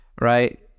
right